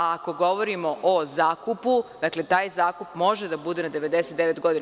A, ako govorimo o zakupu, dakle, taj zakup može da bude na 99 godina.